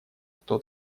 кто